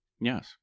Yes